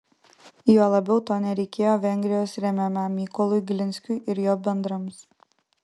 juo labiau to nereikėjo vengrijos remiamam mykolui glinskiui ir jo bendrams